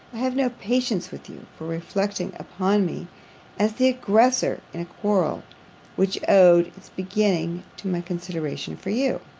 i have no patience with you, for reflecting upon me as the aggressor in a quarrel which owed its beginning to my consideration for you.